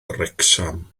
wrecsam